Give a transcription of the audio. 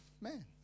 Man